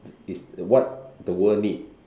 is the what the world need